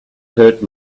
hurt